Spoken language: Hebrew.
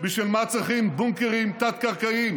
בשביל מה צריכים בונקרים תת-קרקעיים?